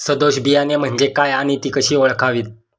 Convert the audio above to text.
सदोष बियाणे म्हणजे काय आणि ती कशी ओळखावीत?